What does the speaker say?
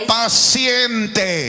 paciente